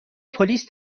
پلیس